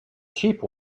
cheap